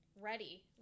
ready